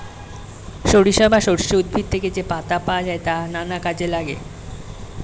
সরিষা বা সর্ষে উদ্ভিদ থেকে যে পাতা পাওয়া যায় তা নানা কাজে লাগে